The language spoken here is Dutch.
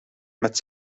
met